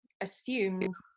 assumes